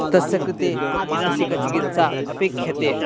तस्य कृते मानसिकचिकित्सा अपेक्षते